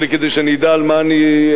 כדי שאני אדע על מה אני,